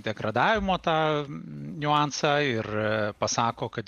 degradavimo tą niuansą ir pasako kad